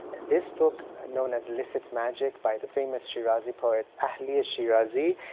this book known as licit magic by the famous shirazi poet um ahli-yi shirazi,